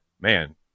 man